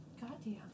Goddamn